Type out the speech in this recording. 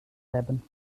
hebben